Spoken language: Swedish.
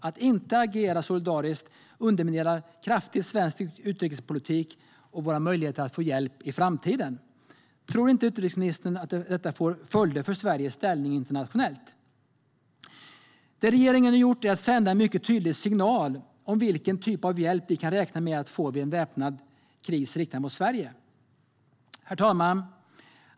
Att inte agera solidariskt underminerar kraftigt svensk utrikespolitik och våra möjligheter att få hjälp i framtiden. Tror inte utrikesministern att detta får följder för Sveriges ställning internationellt? Det regeringen nu gjort är att sända en mycket tydlig signal som får betydelse för vilken typ av hjälp vi kan räkna med att få vid en väpnad kris riktad mot Sverige. Herr talman!